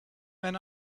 men